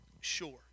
sure